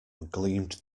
gleamed